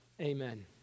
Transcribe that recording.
Amen